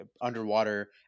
underwater